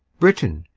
britain.